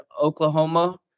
Oklahoma